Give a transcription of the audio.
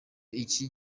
iki